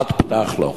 את פתח לו",